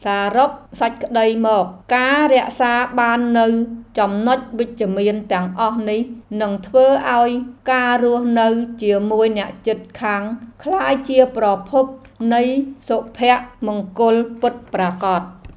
សរុបសេចក្តីមក ការរក្សាបាននូវចំណុចវិជ្ជមានទាំងអស់នេះនឹងធ្វើឱ្យការរស់នៅជាមួយអ្នកជិតខាងក្លាយជាប្រភពនៃសុភមង្គលពិតប្រាកដ។